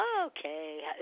Okay